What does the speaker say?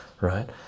right